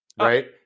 right